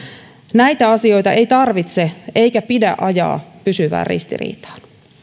näitä asioita ei tarvitse eikä pidä ajaa pysyvään ristiriitaan